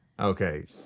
Okay